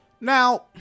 Now